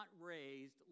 raised